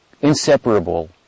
inseparable